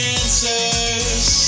answers